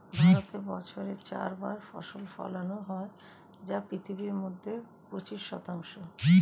ভারতে বছরে চার বার ফসল ফলানো হয় যা পৃথিবীর মধ্যে পঁচিশ শতাংশ